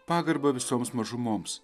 pagarbą visoms mažumoms